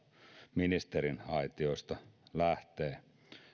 ministeriaitiosta tulee